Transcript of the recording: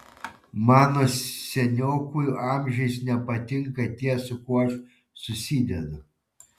mano seniokui amžiais nepatinka tie su kuo aš susidedu